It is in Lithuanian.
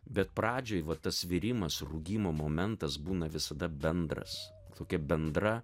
bet pradžiai va tas virimas rūgimo momentas būna visada bendras tokia bendra